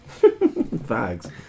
Fags